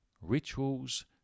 Rituals